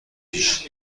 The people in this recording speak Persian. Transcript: پیش